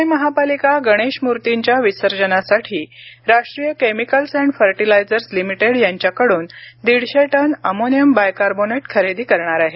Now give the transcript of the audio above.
पुणे महापालिका गणेश मूर्तींच्या विसर्जनासाठी Rashtriya chemicals and fertilizers limited यांच्याकडून दीडशे टन अमोनियम बाय कार्बोनेट खरेदी करणार आहे